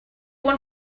won